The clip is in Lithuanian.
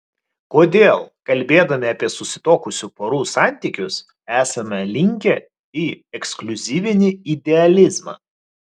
kodėl kalbėdami apie susituokusių porų santykius esame linkę į ekskliuzyvinį idealizmą